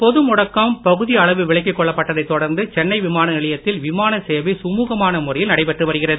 பொது முடக்கம் பகுதி அளவு விலக்கிக் கொள்ளப்பட்டதைத் தொடர்ந்து சென்னை விமான நிலையத்தில் விமான சேவை சுழுகமாக முறையில் நடைபெற்று வருகிறது